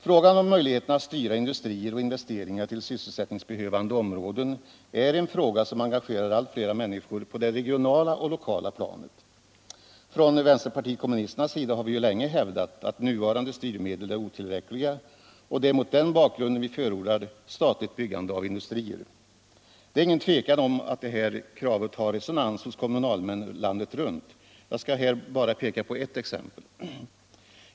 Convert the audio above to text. Frågan om möjligheterna att styra industrier och investeringar till sysselsättningsbehövande områden är en fråga som engagerar allt fler människor på det regionala och lokala planet. Från vänsterpartiet kommunisternas sida har vi ju länge hävdat att nuvarande styrmedel är otillräckliga. och det är mot den bakgrunden vi förordar statligt byggande av industrier. Det är inget tvivel om att det här kravet har resonans hos kommunalmännen landet runt. Jag skall här bara peka på ett exempel.